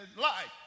life